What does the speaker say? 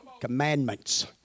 Commandments